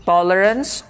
Tolerance